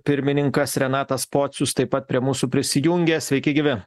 pirmininkas renatas pocius taip pat prie mūsų prisijungė sveiki gyvi